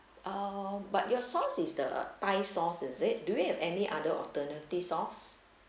err but your sauce is the thai sauce is it do you have any other alternative sauce